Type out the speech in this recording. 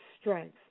strength